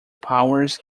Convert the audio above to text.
powers